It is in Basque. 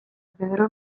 pedro